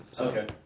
Okay